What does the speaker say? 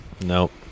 Nope